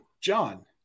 John